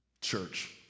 Church